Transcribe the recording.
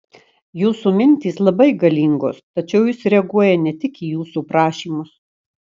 jūsų mintys labai galingos tačiau jis reaguoja ne tik į jūsų prašymus